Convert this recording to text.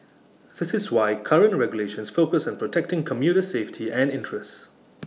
this is why current regulations focus on protecting commuter safety and interests